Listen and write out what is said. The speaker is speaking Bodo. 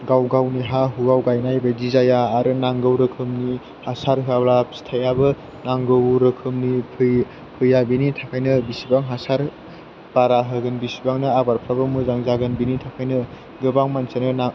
गाव गावनि हा हुआव गायनाय बायदि जाया आरो नांगौ रोखोमनि हासार होआब्ला फिथाइआबो नांगौ रोखोमनि फैया बेनि थाखायनो जेसेबां हासार बारा होगोन एसेबांनो आबादफोराबो मोजां जागोन बेनि थाखायनो गोबां मानसियानो